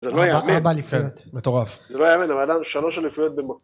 ‫זה לא יאמן. מטורף ‫-זה לא יאמן, הבן אדם שלוש אליפויות במ...